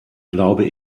glaube